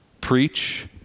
Preach